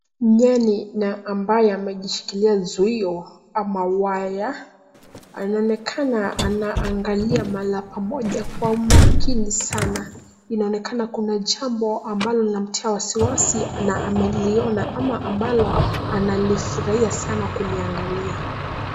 Nyani na ambaye ameshikilia wiyo ama waya anaonekana anaangalia mahala pamoja kwa umakini sana inaonekana kuna jambo ambalo linamtia wasiwasi na ameliona ambalo analifurahia sana kuliagalia.